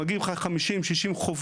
מגיעים לך 50, 60 חוברות.